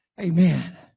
Amen